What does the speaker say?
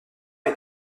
est